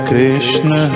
Krishna